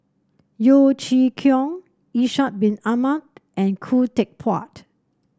Yeo Chee Kiong Ishak Bin Ahmad and Khoo Teck Puat